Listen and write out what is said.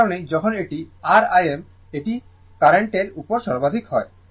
এই কারণেই যখন এটি r Im এটি কারেন্টের উপর সর্বাধিক হয়